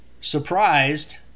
surprised